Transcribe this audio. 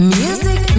music